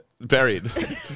buried